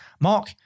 Mark